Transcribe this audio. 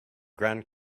grand